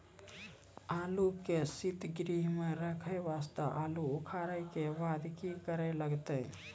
आलू के सीतगृह मे रखे वास्ते आलू उखारे के बाद की करे लगतै?